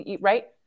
right